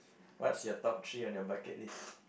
what's your top three on your bucket list